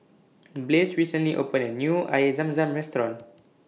Blaze recently opened A New Air Zam Zam Restaurant